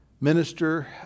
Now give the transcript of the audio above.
minister